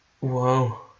Wow